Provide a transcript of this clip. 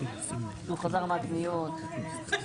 ב-1984.